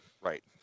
Right